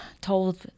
told